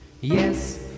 yes